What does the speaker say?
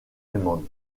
allemandes